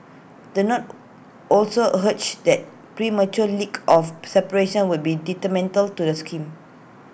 the note also urged that premature leak of separation would be detrimental to the scheme